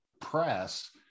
press